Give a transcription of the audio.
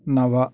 नव